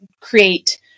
create